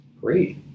Great